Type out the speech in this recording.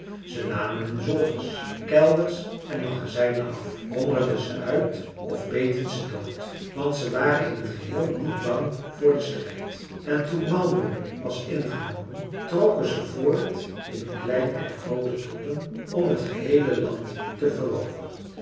ze namen hun zolders kelders en magazijnen af hongerden ze uit of beten ze dood want ze waren in t geheel niet bang voor den strijd en toen malmö was ingenomen trokken ze voort in kleine en groote troepen om het geheele land te veroveren